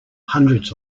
hundreds